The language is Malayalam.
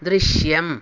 ദൃശ്യം